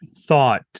thought